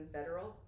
Federal